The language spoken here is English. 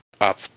up